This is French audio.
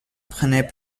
prenait